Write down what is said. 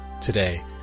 Today